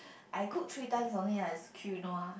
I cook three times only ah it's quinoa